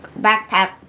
backpack